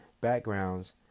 backgrounds